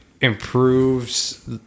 improves